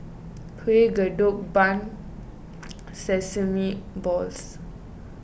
Kueh Kodok Bun Sesame Balls